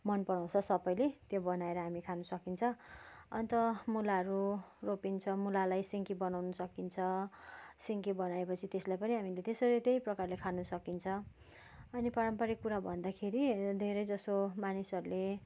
मनपराउँछ सबैले त्यो बनाएर हामी खानसकिन्छ अन्त मुलाहरू रोपिन्छ मुलालाई सिन्की बनाउन सकिन्छ सिन्की बनाएपछि त्यसलाई पनि हामीले त्यसरी त्यही प्रकारले खानसकिन्छ अनि पारम्परिक कुरा भन्दाखेरि धेरैजसो मानिसहरूले